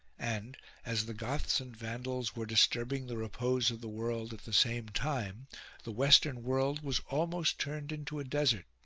and as the goths and vandals were disturbing the repose of the world at the same time the western world was almost turned into a desert.